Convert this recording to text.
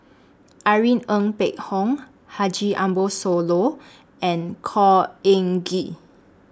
Irene Ng Phek Hoong Haji Ambo Sooloh and Khor Ean Ghee